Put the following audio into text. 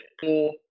four